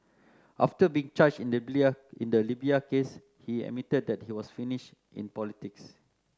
after being charged in the in the Libya case he admitted that he was finished in politics